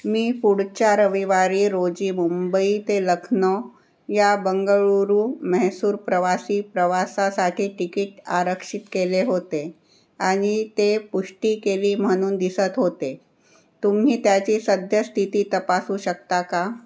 मी पुढच्या रविवारी रोजी मुंबई ते लखनौ या बंगळूरू मैसूर प्रवासी प्रवासासाठी तिकीट आरक्षित केले होते आणि ते पुष्टी केली म्हणून दिसत होते तुम्ही त्याची सद्यस्थिती तपासू शकता का